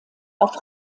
auf